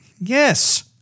Yes